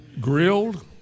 Grilled